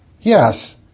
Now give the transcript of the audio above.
Yes